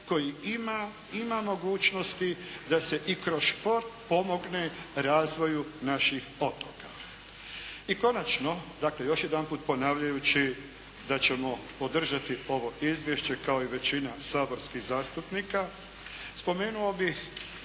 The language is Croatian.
ima, ima mogućnosti da se i kroz šport pomogne razvoju naših otoka. I konačno, dakle još jedanput ponavljajući da ćemo podržati ovo izvješće kao i većina saborskih zastupnika spomenuo bih